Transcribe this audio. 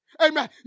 Amen